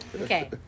Okay